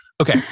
Okay